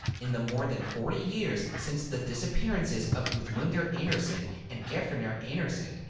in the more than forty years since the disappearances of gudmundur einarsson and geirfinnur einarsson,